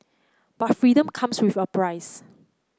but freedom comes with a price